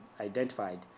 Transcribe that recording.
identified